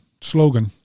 slogan